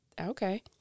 Okay